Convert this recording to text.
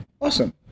Awesome